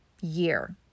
year